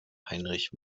heinrich